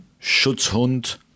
Schutzhund